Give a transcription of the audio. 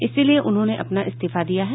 इसलिए उन्होंने अपना इस्तीफा दिया है